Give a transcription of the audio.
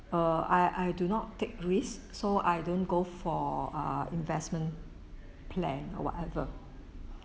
err I I do not take risk so I don't go for ah investment plan or whatever